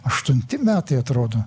aštunti metai atrodo